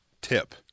tip